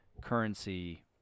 currency